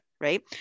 right